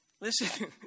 listen